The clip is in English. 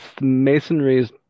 Masonry's